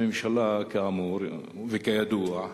כאמור וכידוע,